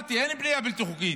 אמרתי שאין בנייה בלתי חוקית,